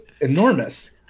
enormous